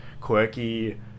quirky